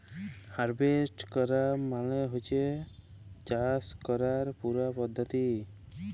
harvest ক্যরা মালে হছে চাষ ক্যরার যে পুরা পদ্ধতি